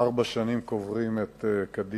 ארבע שנים קוברים את קדימה,